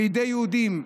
בידי יהודים?